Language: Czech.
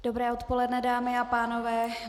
Dobré odpoledne, dámy a pánové.